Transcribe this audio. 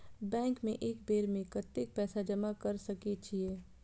Bank में एक बेर में कतेक पैसा जमा कर सके छीये?